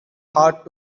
hard